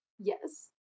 Yes